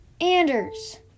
Anders